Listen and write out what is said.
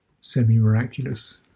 semi-miraculous